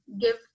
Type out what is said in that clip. give